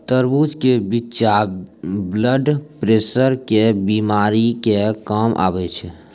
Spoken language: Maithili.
तरबूज के बिच्चा ब्लड प्रेशर के बीमारी मे काम आवै छै